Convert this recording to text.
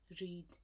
read